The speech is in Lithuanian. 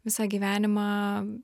visą gyvenimą